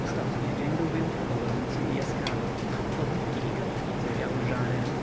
istotnie dzień był wyjątkowo gorący i jaskrawy chodniki i kamienice ziały żarem